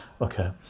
Okay